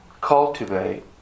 cultivate